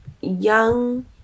young